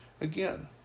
again